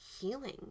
healing